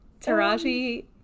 Taraji